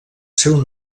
seu